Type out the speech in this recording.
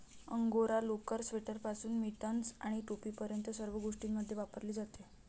angora लोकर, स्वेटरपासून mittens आणि टोपीपर्यंत सर्व गोष्टींमध्ये वापरली जाते